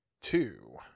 two